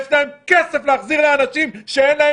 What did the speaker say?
הם צריכים להחזיר כסף לאנשים כשאין להם